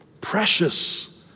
Precious